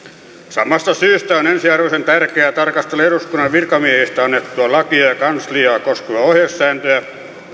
samasta syystä on ensiarvoisen tärkeää tarkastella eduskunnan virkamiehistä annettua lakia ja kansliaa koskevaa ohjesääntöä